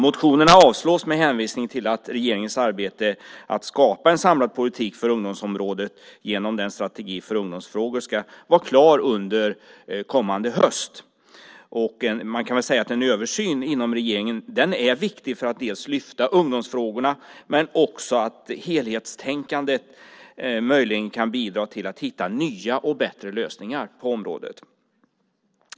Motionerna avstyrks med hänvisning till regeringens arbete att skapa en samlad politik för ungdomsområdet genom den strategi för ungdomsfrågor som ska vara klar under kommande höst. Man kan säga att en översyn inom regeringen är viktig för att lyfta fram ungdomsfrågorna men också för att helhetstänkandet möjligen kan bidra till att hitta nya och bättre lösningar på området.